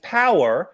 power